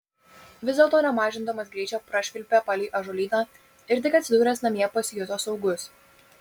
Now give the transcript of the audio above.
vis dėlto nemažindamas greičio prašvilpė palei ąžuolyną ir tik atsidūręs namie pasijuto saugus